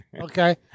okay